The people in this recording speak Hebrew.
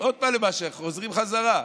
עוד פעם, חוזרים חזרה.